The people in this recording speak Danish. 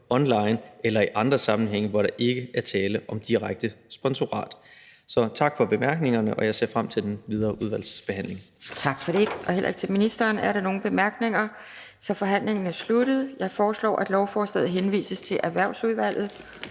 online eller i andre sammenhænge, hvor der ikke er tale om direkte sponsorat. Så tak for bemærkningerne, og jeg ser frem til den videre udvalgsbehandling. Kl. 12:13 Anden næstformand (Pia Kjærsgaard): Tak for det, og heller ikke til ministeren er der nogen bemærkninger. Så forhandlingen er sluttet. Jeg foreslår, at lovforslaget henvises til Erhvervsudvalget.